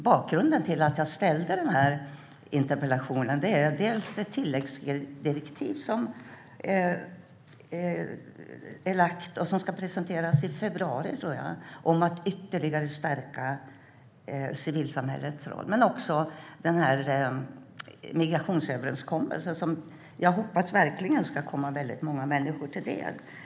Bakgrunden till att jag ställde interpellationen är dels det tilläggsdirektiv som ska presenteras i februari och som handlar om att ytterligare stärka civilsamhällets roll, dels migrationsöverenskommelsen, som jag hoppas ska komma många människor till del.